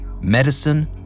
medicine